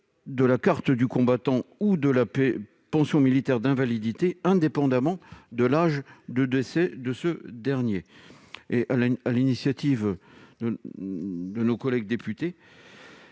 de la carte du combattant ou de la pension militaire d'invalidité, indépendamment de l'âge de décès de ce dernier. Sur l'initiative de nos collègues députés,